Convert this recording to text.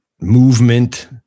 movement